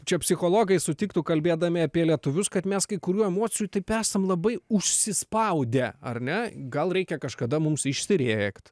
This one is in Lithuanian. čia psichologai sutiktų kalbėdami apie lietuvius kad mes kai kurių emocijų taip esam labai užsispaudę ar ne gal reikia kažkada mums išsirėkt